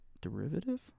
derivative